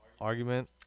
Argument